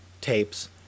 tapes